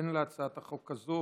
הן להצעת החוק הזו